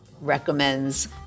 recommends